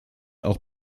auch